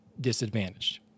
disadvantaged